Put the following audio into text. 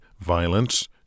violence